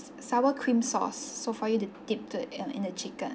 s~ sour cream sauce so for you to dip to it in the chicken